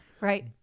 Right